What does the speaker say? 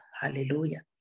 hallelujah